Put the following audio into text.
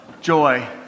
joy